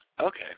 okay